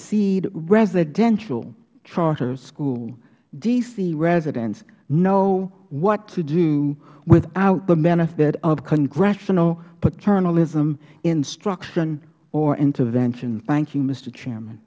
seed residential charter school d c residents know what to do without the benefit of congressional paternalism instruction or intervention thank you mis